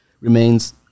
remains